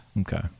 Okay